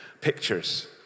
pictures